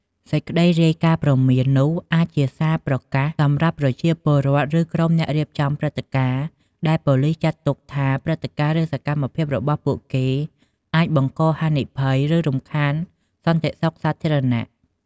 សេចក្តីរាយការណ៍ព្រមាននោះអាចជាសារប្រកាសសំរាប់ប្រជាពលរដ្ឋ ឬក្រុមអ្នករៀបចំព្រឹត្តិការណ៍ដែលប៉ូលិសចាត់ទុកថា ព្រឹត្តិការណ៍ ឬសកម្មភាពរបស់ពួកគេ អាចបង្កហានិភ័យ ឬរំខានសន្តិសុខសាធារណៈ។